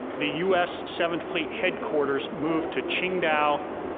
the us seventh fleet headquarters moved to qingdao,